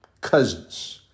cousins